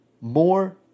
more